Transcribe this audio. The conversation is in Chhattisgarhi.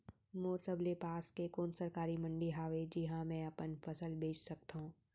मोर सबले पास के कोन सरकारी मंडी हावे जिहां मैं अपन फसल बेच सकथव?